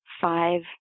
Five